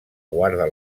guarda